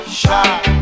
shot